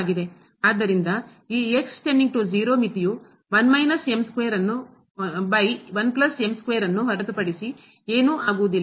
ಆದ್ದರಿಂದ ಈ ಮಿತಿಯು ಅನ್ನು ಹೊರತುಪಡಿಸಿ ಏನೂ ಆಗುವುದಿಲ್ಲ